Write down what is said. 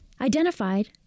identified